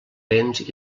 béns